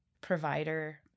provider